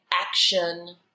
action